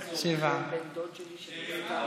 שבעה.